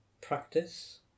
practice